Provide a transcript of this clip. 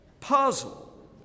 puzzle